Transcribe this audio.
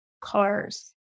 cars